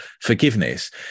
forgiveness